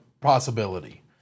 possibility